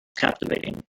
captivating